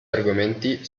argomenti